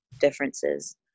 differences